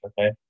Okay